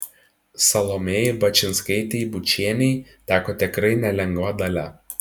salomėjai bačinskaitei bučienei teko tikrai nelengva dalia